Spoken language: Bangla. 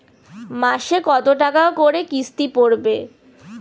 মাসে কত টাকা করে কিস্তি পড়বে?